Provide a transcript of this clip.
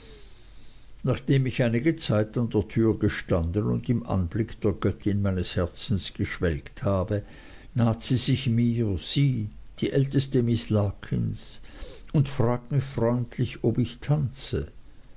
nachdem ich einige zeit an der türe gestanden und im anblick der göttin meines herzens geschwelgt habe naht sie sich mir sie die älteste miß larkins und frägt mich freundlich ob ich tanze